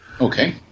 Okay